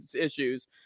issues